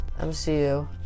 MCU